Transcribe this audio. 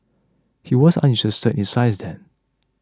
he was uninterested in science then